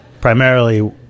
primarily